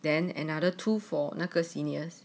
then another two for 那个 seniors